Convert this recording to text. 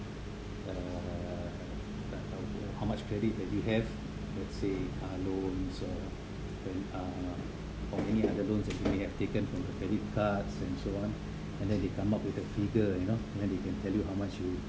uh how much credit that you have let's say uh loans or any uh or any other loans that you may have taken from your credit cards and so on and then they come up with a figure you know and then they can tell you how much you